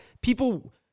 people